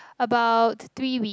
about three week